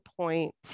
point